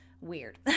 weird